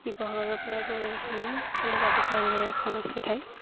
শিৱসাগৰৰপৰা গৈ আপুনি যাব পাৰে এখন আছে ঠাই